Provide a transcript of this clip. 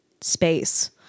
space